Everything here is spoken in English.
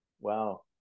wow